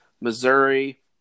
Missouri